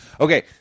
okay